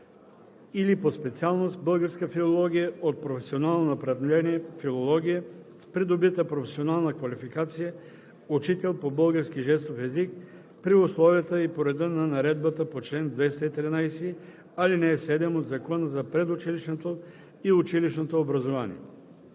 или по специалност „Българска филология“ от професионално направление „Филология“ с придобита професионална квалификация „учител по български жестов език“ при условията и по реда на наредбата по чл. 213, ал. 7 от Закона за предучилищното и училищното образование.“